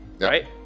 right